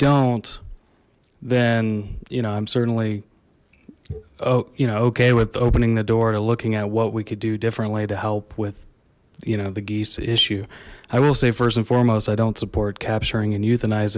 don't then you know i'm certainly oh you know okay with opening the door to looking at what we could do differently to help with you know the geese issue i will say first and foremost i don't support capturing and euthaniz